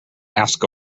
ask